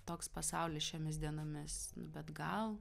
toks pasaulis šiomis dienomis nu bet gal